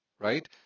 right